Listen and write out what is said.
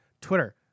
Twitter